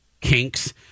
kinks